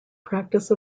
practice